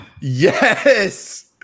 Yes